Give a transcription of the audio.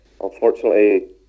unfortunately